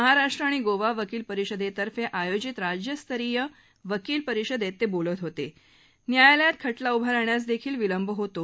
महाराष्ट्र आणि गोवा वकील परिषदर्क्क आयोजित राज्यस्तरीय वकील परिषदर्कतबिलत होता न्यायालयात खटला उभा राहण्यास दक्षील विलंब होतो